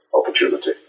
opportunity